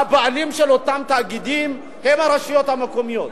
הבעלים של אותם תאגידים הם הרשויות המקומיות.